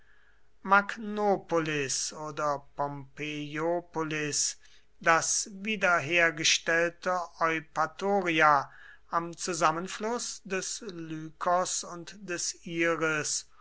oder pompeiopolis das wiederhergestellte eupatoria am zusammenfluß des lykos und des iris